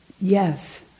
yes